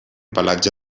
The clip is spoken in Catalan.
pelatge